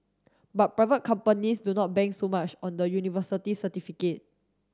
but private companies do not bank so much on the university certificate